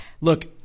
look